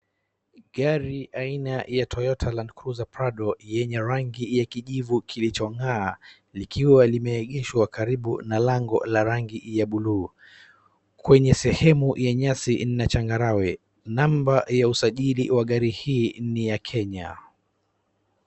Gari aina ya Toyota landcruser prado yenye rangi ya kijivu kilichong'aa likiwa limeegezwa karibu na lango la buluu , kwenye sehemu ya nyasi na changarawe, namba ya usajili ya gari hii ni ya Kenya.